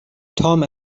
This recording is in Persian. تام